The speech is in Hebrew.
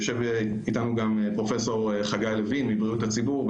יושב איתנו גם פרופ' חגי לוין מבריאות הציבור.